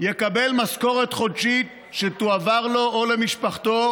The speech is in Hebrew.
"יקבל משכורת חודשית, שתועבר לו או למשפחתו,